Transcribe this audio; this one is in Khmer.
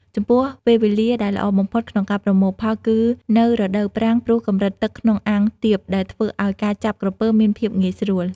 ចំពោះពេលវេលាដែលល្អបំផុតក្នុងការប្រមូលផលគឺនៅ រដូវប្រាំង ព្រោះកម្រិតទឹកក្នុងអាងទាប ដែលធ្វើឲ្យការចាប់ក្រពើមានភាពងាយស្រួល។